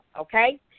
okay